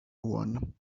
one